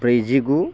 ब्रैजिगु